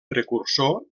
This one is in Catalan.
precursor